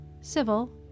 Civil